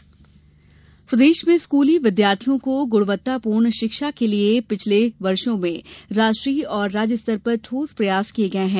शाला सिद्वि प्रदेश में स्कूली विद्यार्थियों को गुणवत्तापूर्ण शिक्षा देने के लिए पिछले वर्षों में राष्ट्रीय और राज्यस्तर पर ठोस प्रयास किये गये हैं